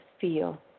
feel